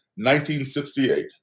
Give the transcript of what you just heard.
1968